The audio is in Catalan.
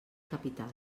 capital